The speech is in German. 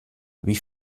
wie